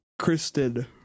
kristen